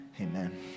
Amen